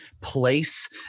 place